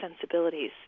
sensibilities